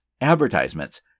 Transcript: advertisements